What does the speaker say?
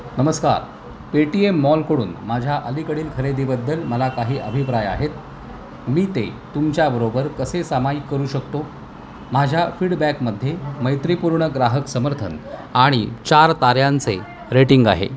नमस्कार पेटीएम मॉलकडून माझ्या अलीकडील खरेदीबद्दल मला काही अभिप्राय आहेत मी ते तुमच्याबरोबर कसे सामायिक करू शकतो माझ्या फीडबॅकमध्ये मैत्रीपूर्ण ग्राहक समर्थन आणि चार ताऱ्यांचे रेटिंग आहे